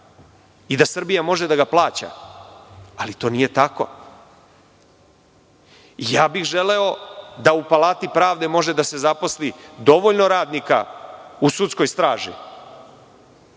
i da Srbija može da ga plaća ali to nije tako. I želeo bih da u Palati pravde može da se zaposli dovoljno radnika u sudskoj straži.